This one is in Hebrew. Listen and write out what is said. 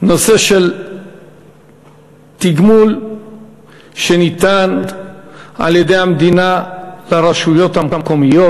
הנושא של תגמול שניתן על-ידי המדינה לרשויות המקומיות,